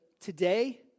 today